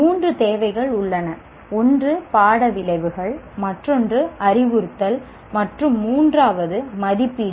மூன்று தேவைகள் உள்ளன ஒன்று பாட விளைவுகள் மற்றொன்று அறிவுறுத்தல் மற்றும் மூன்றாவது மதிப்பீடு